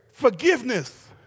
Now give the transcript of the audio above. forgiveness